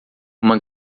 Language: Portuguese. uma